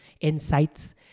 insights